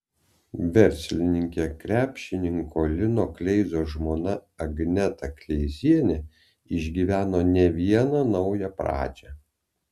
verslininkė krepšininko lino kleizos žmona agneta kleizienė išgyveno ne vieną naują pradžią